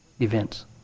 events